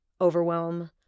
overwhelm